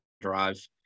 drive